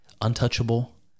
untouchable